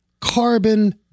carbon